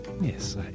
Yes